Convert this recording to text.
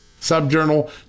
subjournal